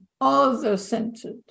other-centered